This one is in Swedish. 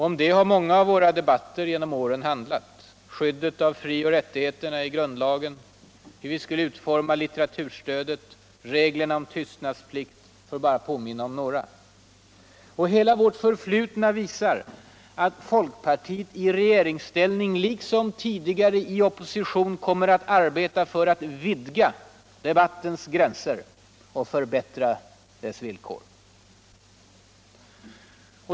Om det har många av våra debatter genom åren handlat: skyddet av frioch rättigheterna i grundlagen, hur vi skulle utforma litteraturstödet, reglerna om tystnadsplikt, för att nu bara påminna om några. Hela värt förflutna visar. att folkpartiet i regeringsställning — liksom udigare i opposition - kommer att arbeta för att vidga debattens gränser och /förbättra dess villkor.